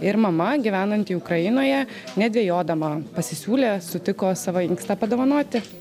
ir mama gyvenanti ukrainoje nedvejodama pasisiūlė sutiko savo inkstą padovanoti